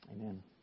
Amen